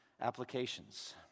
Applications